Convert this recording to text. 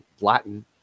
Latin